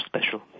special